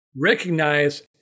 recognize